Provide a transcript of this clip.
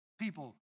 people